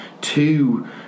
two